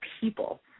people